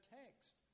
text